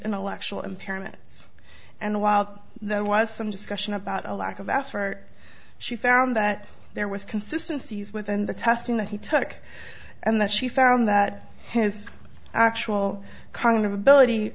intellectual impairment and while there was some discussion about a lack of effort she found that there was consistency is within the testing that he took and that she found that his actual cognitive ability